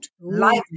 Life